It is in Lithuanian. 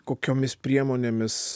kokiomis priemonėmis